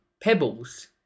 Pebbles